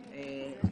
רבה.